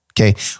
Okay